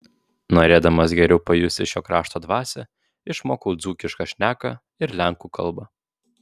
norėdamas geriau pajusti šio krašto dvasią išmokau dzūkišką šneką ir lenkų kalbą